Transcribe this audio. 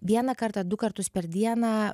vieną kartą du kartus per dieną